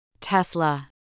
Tesla